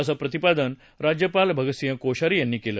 असं प्रतिपादन राज्यपाल भगतसिंह कोश्यारी यांनी केलं